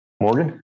Morgan